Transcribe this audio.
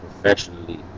professionally